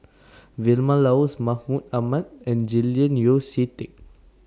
Vilma Laus Mahmud Ahmad and Julian Yeo See Teck